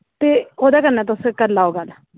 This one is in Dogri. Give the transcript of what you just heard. ते ओह्दे कन्नै तुस करी लेओ गल्ल